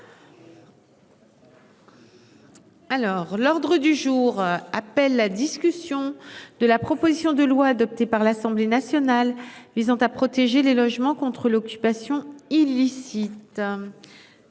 l'ordre du jour appelle la discussion de la proposition de loi adoptée par l'Assemblée nationale visant à protéger les logements contre l'occupation illicite.